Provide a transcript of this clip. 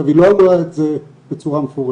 היא לא אמרה את זה בצורה מפורשת